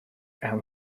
and